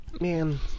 Man